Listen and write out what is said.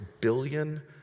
billion